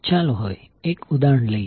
ચાલો હવે એક ઉદાહરણ લઈએ